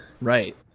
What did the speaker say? right